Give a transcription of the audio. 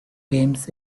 games